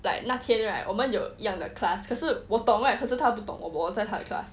like 那天 right 我们一样的 class 可是我懂 right 可是他不懂我在他的 class